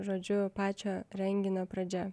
žodžiu pačio renginio pradžia